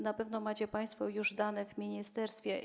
Na pewno macie państwo już dane w ministerstwie.